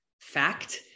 fact